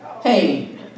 hey